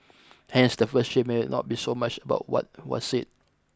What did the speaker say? hence the first shift may not be so much about what was said